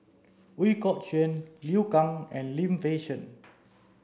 Ooi Kok Chuen Liu Kang and Lim Fei Shen